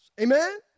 Amen